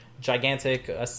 gigantic